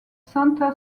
santa